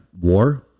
war